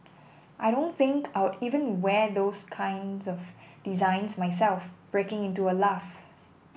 I don't think I'd even wear those kinds of designs myself breaking into a laugh